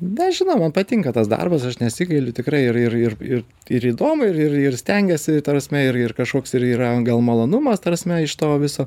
nežinau man patinka tas darbas aš nesigailiu tikrai ir ir ir ir ir įdomu ir ir ir stengiuosi ta prasme ir ir kažkoks ir yra gal malonumas ta prasme iš to viso